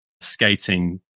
skating